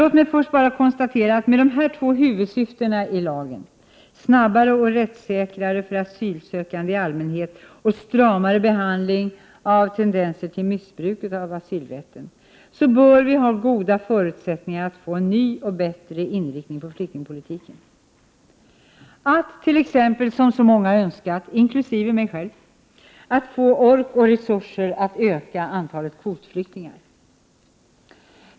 Låt mig bara först konstatera att med dessa två huvudsyften i lagen — snabbare och rättssäkrare för asylsökande i allmänhet och stramare behandling av tendenser till missbruk av asylrätten — bör vi ha goda förutsättningar att få en ny och bättre inriktning på flyktingpolitiken, att t.ex. som så många önskat, även jag själv, få ork och resurser att öka antalet kvotflyktingar.